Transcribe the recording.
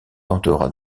tentera